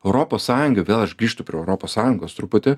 europos sąjunga vėl aš grįžtu prie europos sąjungos truputį